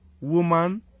woman